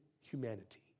humanity